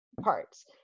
parts